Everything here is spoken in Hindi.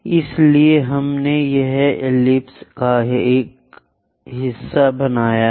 इसलिए हमने यहां एलिप्स का हिस्सा बनाया है